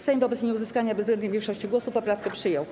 Sejm wobec nieuzyskania bezwzględnej większości głosów poprawkę przyjął.